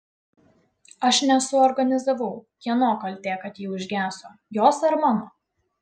aš nesuorganizavau kieno kaltė kad ji užgeso jos ar mano